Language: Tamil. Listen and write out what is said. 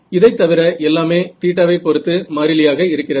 இதைத் தவிர எல்லாமே θ ஐ பொறுத்து மாறிலியாக இருக்கிறது